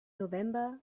november